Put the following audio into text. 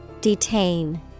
Detain